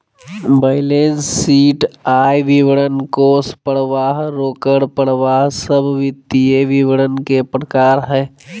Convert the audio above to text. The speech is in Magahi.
बैलेंस शीट, आय विवरण, कोष परवाह, रोकड़ परवाह सब वित्तीय विवरण के प्रकार हय